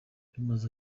bimaze